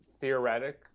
theoretic